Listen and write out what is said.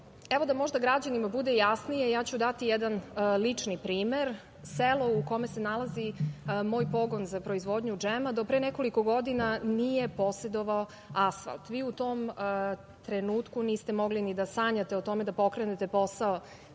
možda građanima bude jasnije, ja ću dati jedan lični primer. Selo u kome se nalazi moj pogon za proizvodnju džema do pre nekoliko godina nije posedovao asfalt. Vi u tom trenutku niste mogli ni da sanjate o tome da pokrenete posao